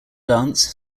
dance